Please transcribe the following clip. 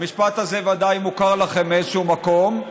המשפט הזה ודאי מוכר לכם מאיזשהו מקום.